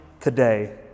today